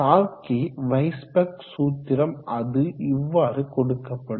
டார்கி Weisbach சூத்திரம் அது இவ்வாறு கொடுக்கப்படும்